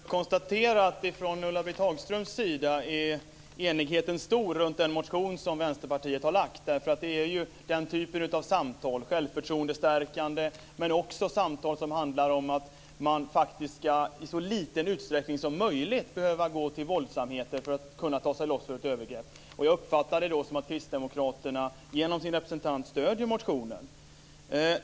Fru talman! Jag kan konstatera att från Ulla-Britt Hagströms sida är enigheten stor runt den motion som Vänsterpartiet har väckt. Den handlar ju om den typen av samtal, självförtroendestärkande samtal, men också om samtal som handlar om att man i så liten utsträckning som möjligt ska behöva gå till våldsamheter för att kunna ta sig loss vid ett övergrepp. Jag uppfattar att kristdemokraterna genom sin representant stöder motionen.